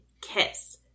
kiss